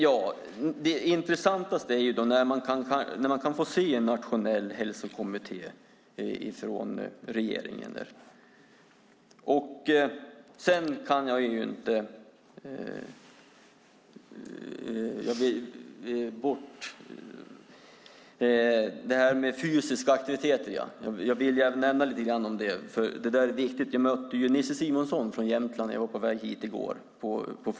Det intressantaste är när man kan få se en nationell hälsokommitté från regeringen. Jag vill nämna lite grann om fysisk aktivitet eftersom det är viktigt. Jag mötte Nisse Simonson från Jämtland på flyget när jag var på väg hit i går.